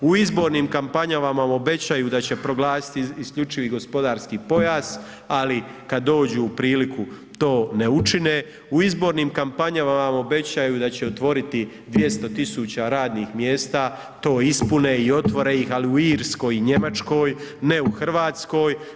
U izbornim kampanjama vam obećaju da će proglasiti isključivi gospodarski pojas, ali kad dođu u priliku to ne učine, u izbornim kampanjama vam obećaju da će otvoriti 200.000 radnih mjesta to ispune i otvore ih ali u Irskoj i Njemačkoj, ne u Hrvatskoj.